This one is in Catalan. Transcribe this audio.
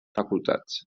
facultats